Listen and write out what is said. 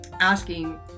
asking